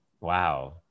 wow